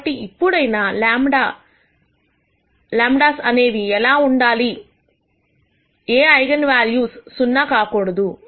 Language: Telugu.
కాబట్టి ఇప్పుడైనా λ లామ్డాస్ అనేవి ఎలా ఉండాలంటే ఏ ఐగన్ వాల్యూస్ సున్నా కాకూడదు